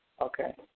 Okay